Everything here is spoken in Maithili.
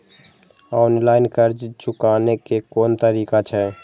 ऑनलाईन कर्ज चुकाने के कोन तरीका छै?